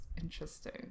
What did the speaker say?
Interesting